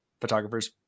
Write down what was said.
photographers